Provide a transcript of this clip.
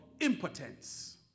impotence